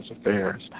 Affairs